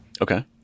okay